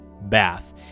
bath